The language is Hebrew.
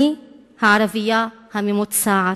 אני הערבייה הממוצעת.